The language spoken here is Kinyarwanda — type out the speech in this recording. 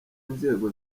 inzego